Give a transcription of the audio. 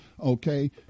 Okay